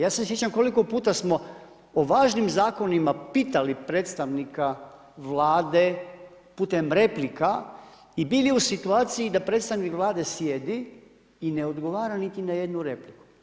Ja se sjećam, koliko puta smo o važnim zakonima pitali predstavnika Vlade putem replika i bili u situaciji da predstavnik Vlade sjedi i ne odgovara niti na jednu repliku.